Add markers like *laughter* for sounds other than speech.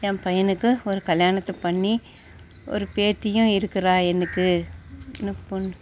என் பையனுக்கு ஒரு கல்யாணத்தை பண்ணி ஒரு பேத்தியும் இருக்கிறா எனக்கு *unintelligible*